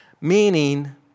Meaning